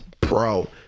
bro